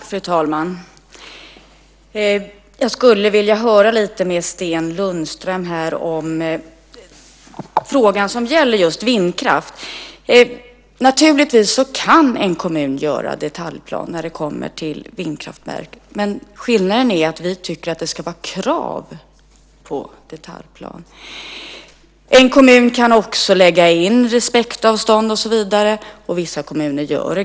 Fru talman! Jag skulle vilja ta upp frågan om vindkraften med Sten Lundström. En kommun kan naturligtvis göra en detaljplan när det gäller vindkraftverk, men skillnaden är att vi tycker att det ska vara ett krav på detaljplan. En kommun kan också lägga in respektavstånd och så vidare, och vissa kommuner gör det.